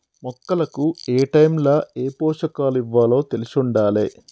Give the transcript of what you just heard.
మొక్కలకు ఏటైముల ఏ పోషకాలివ్వాలో తెలిశుండాలే